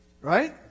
Right